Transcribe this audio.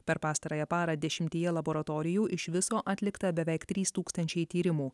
per pastarąją parą dešimtyje laboratorijų iš viso atlikta beveik trys tūkstančiai tyrimų